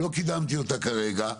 לא קידמתי אותה כרגע,